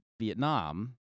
Vietnam